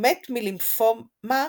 ומת מלימפומה